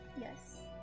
Yes